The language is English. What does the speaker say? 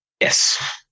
Yes